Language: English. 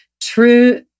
True